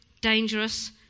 dangerous